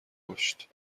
کشت